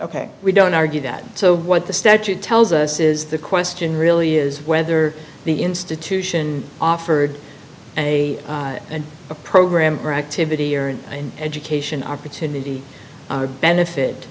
ok we don't argue that so what the statute tells us is the question really is whether the institution offered a and a program or activity or and education opportunity benefit